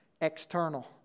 external